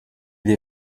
les